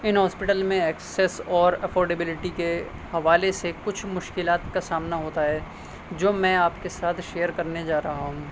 ان hospital میں access اور affordability کے حوالے سے کچھ مشکلات کا سامنا ہوتا ہے جو میں آپ کے ساتھ شیئر کرنے جا رہا ہوں